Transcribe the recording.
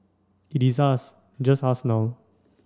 it is us just us now